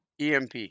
EMP